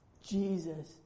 Jesus